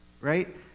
right